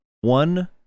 one